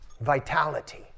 vitality